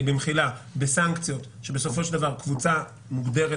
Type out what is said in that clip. במחילה בסנקציות שבסופו של דבר קבוצה מוגדרת